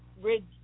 Ridge